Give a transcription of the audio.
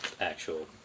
actual